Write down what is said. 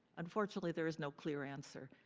unfortunately, there is no clear answer.